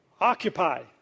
occupy